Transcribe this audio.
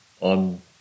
on